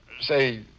Say